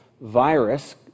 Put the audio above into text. virus